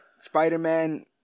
Spider-Man